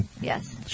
Yes